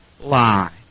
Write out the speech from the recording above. lie